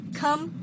come